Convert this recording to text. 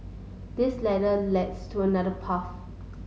this ladder lets to another path